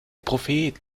prophet